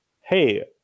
hey